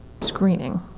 screening